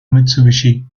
mitsubishi